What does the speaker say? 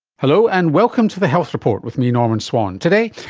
hello, and welcome to the health report with me, norman swan. today,